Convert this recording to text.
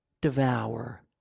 devour